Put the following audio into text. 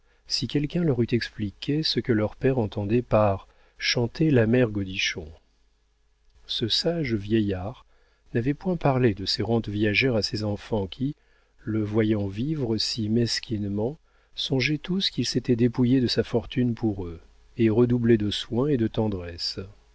si quelqu'un leur eût expliqué ce que leur père entendait par chanter la mère godichon ce sage vieillard n'avait point parlé de ses rentes viagères à ses enfants qui le voyant vivre si mesquinement songeaient tous qu'il s'était dépouillé de sa fortune pour eux et redoublaient de soins et de tendresse